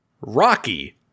Rocky